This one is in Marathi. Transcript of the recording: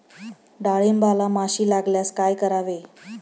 डाळींबाला माशी लागल्यास काय करावे?